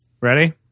ready